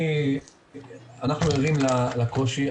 אנחנו ערים לקושי,